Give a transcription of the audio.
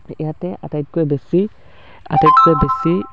ইয়াতে আটাইতকৈ বেছি আটাইতকৈ বেছি